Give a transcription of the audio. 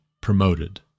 promoted